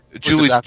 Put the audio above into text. Julie